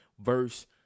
verse